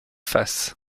face